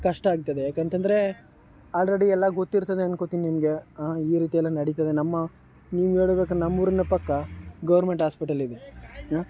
ಕಷ್ಟ ಆಗ್ತದೆ ಯಾಕಂತ ಅಂದ್ರೆ ಆಲ್ರೆಡಿ ಎಲ್ಲ ಗೊತ್ತಿರ್ತದೆ ಅಂದ್ಕೊಳ್ತೀನಿ ನಿಮಗೆ ಈ ರೀತಿಯೆಲ್ಲ ನಡಿತದೆ ನಮ್ಮ ಇನ್ನೂ ಹೇಳ್ಬೇಕಂದ್ರೆ ನಮ್ಮೂರಿನ ಪಕ್ಕ ಗೌರ್ಮೆಂಟ್ ಆಸ್ಪಿಟಲ್ ಇದೆ